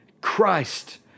Christ